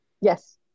Yes